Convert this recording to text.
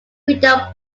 freedom